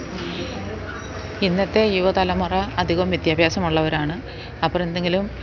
ഇന്നത്തെ യുവതലമുറ അധികം വിദ്യാഭ്യാസമുള്ളവരാണ് അപ്പോഴെന്തങ്കിലും